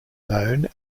known